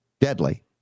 deadly